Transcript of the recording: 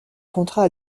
contrat